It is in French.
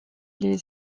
les